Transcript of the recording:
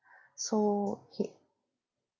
so he